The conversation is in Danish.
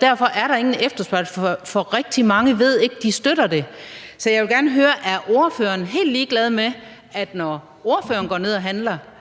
Derfor er der ingen efterspørgsel; rigtig mange ved ikke, at de støtter det. Så jeg vil gerne høre: Er ordføreren helt ligeglad med, når ordføreren går ned og handler,